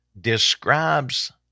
describes